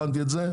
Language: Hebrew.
הבנתי את זה.